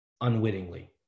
unwittingly